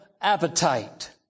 appetite